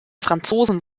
franzosen